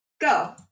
go